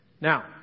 Now